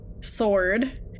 sword